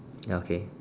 ya okay